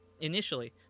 Initially